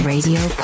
Radio